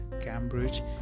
Cambridge